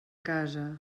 casa